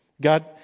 God